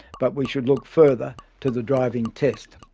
but we should look further to the driving test.